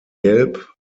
gelb